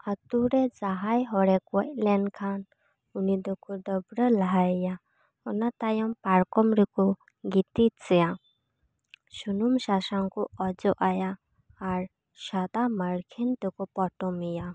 ᱟᱛᱳᱨᱮ ᱡᱟᱦᱟᱭ ᱦᱚᱲᱮ ᱜᱚᱡ ᱞᱮᱱᱠᱷᱟᱱ ᱩᱱᱤ ᱫᱚᱠᱚ ᱰᱟᱹᱵᱨᱟᱹ ᱞᱟᱦᱟᱭᱮᱭᱟ ᱚᱱᱟᱛᱟᱭᱚᱢ ᱯᱟᱨᱠᱚᱢ ᱨᱮᱠᱚ ᱜᱤᱛᱤᱡᱮᱭᱟ ᱥᱩᱱᱩᱢ ᱥᱟᱥᱟᱝ ᱠᱚ ᱚᱡᱚᱜ ᱟᱭᱟ ᱟᱨ ᱥᱟᱫᱟ ᱢᱟᱹᱨᱠᱷᱤᱱ ᱛᱮᱠᱚ ᱯᱚᱴᱚᱢ ᱮᱭᱟ